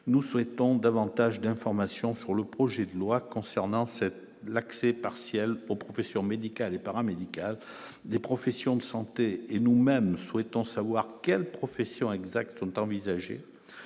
nous souhaitons davantage d'informations sur le projet de loi concernant cette l'accès partiel aux professions médicales et paramédicales des professions de santé et nous-mêmes souhaitons savoir quelle profession exactement envisagé